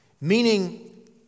Meaning